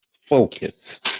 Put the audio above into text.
focus